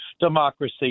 democracy